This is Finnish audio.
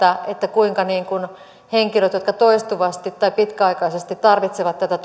kuinka henkilöt jotka toistuvasti tai pitkäaikaisesti tarvitsevat tätä